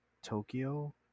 Tokyo